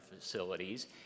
facilities